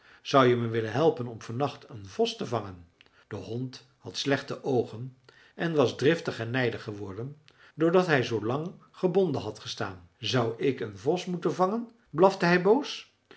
zou je me willen helpen om vannacht een vos te vangen de hond had slechte oogen en was driftig en nijdig geworden door dat hij zoo lang gebonden had gestaan zou ik een vos moeten vangen blafte hij boos